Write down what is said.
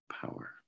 power